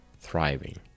thriving